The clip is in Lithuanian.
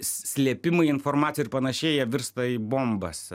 slėpimai informacija ir panašėja jie virsta į bombas